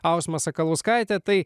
aurimas sakalauskaitė tai